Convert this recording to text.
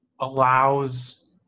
allows